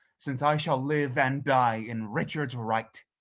since i shall live and die in richard's right.